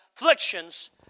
afflictions